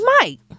Mike